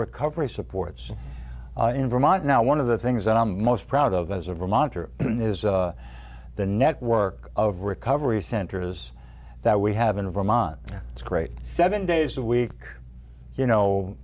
recovery supports in vermont now one of the things that i'm most proud of as a reminder is the network of recovery centers that we have in vermont it's great seven days a week you know